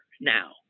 now